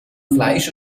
fleisch